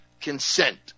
consent